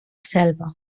selva